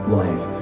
life